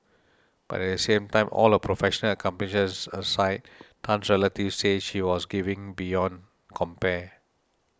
but at the same time all her professional accomplishes aside Tan's relatives say she was giving beyond compare